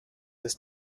das